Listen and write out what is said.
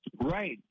right